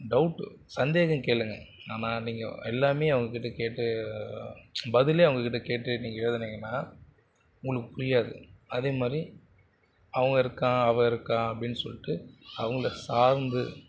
doubt சந்தேகம் கேளுங்க ஆனால் நீங்கள் எல்லாமே அவங்ககிட்ட கேட்டு பதிலே அவங்ககிட்ட கேட்டு நீங்கள் எழுதுனீங்கன்னால் உங்களுக்கு புரியாது அதேமாதிரி அவன் இருக்கான் அவள் இருக்காள் அப்படின்னு சொல்லிவிட்டு அவங்கள சார்ந்து